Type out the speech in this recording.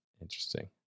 Interesting